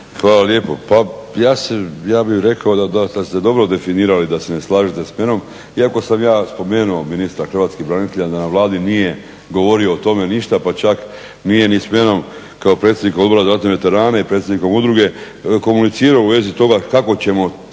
Hvala lijepo. Pa ja bih rekao da ste dobro definirali da se ne slažete sa mnom iako sam ja spomenuo ministra hrvatskih branitelja. Na Vladi nije govorio o tome ništa, pa čak nije ni samom kao predsjednikom Odbora za ratne veterane i predsjednika udruge komunicirao u vezi toga kako ćemo